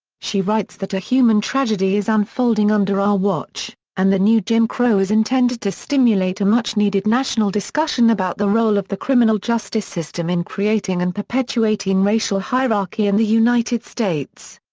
she writes that a human tragedy is unfolding under our watch, and the new jim crow is intended to stimulate a much-needed national discussion about the role of the criminal justice system in creating and perpetuating racial hierarchy in and the united states.